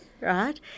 right